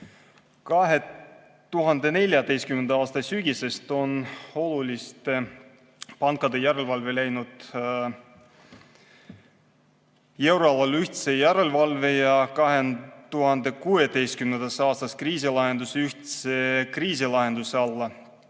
aasta sügisest on oluliste pankade järelevalve läinud euroala ühtse järelevalve ja 2016. aastast kriisilahendus ühtse kriisilahenduse alla.